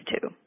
two